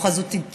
או חזות אתיופית,